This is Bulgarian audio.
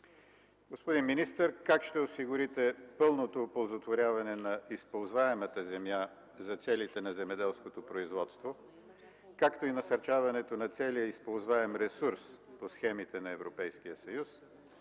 Господин министър, как ще осигурите пълното оползотворяване на използваемата земя за целите на земеделското производство, както и насърчаването на целия използваем ресурс по схемите на Европейския съюз